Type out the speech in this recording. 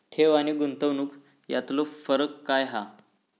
ठेव आनी गुंतवणूक यातलो फरक काय हा?